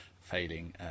failing